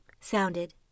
Sounded